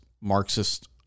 Marxist